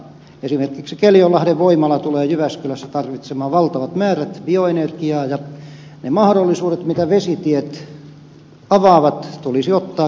esimerkiksi keljonlahden voimala tulee jyväskylässä tarvitsemaan valtavat määrät bioenergiaa ja ne mahdollisuudet mitä vesitiet avaavat tulisi ottaa käyttöön